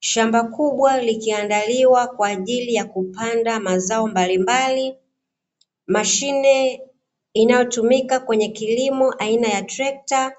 Shamba kubwa likiandaliwa kwa ajili ya kupanda mazao mbalimbali. Mashine inayotumika kwenye kilimo aina ya trekta